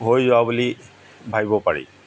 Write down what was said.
হৈ যোৱা বুলি ভাবিব পাৰি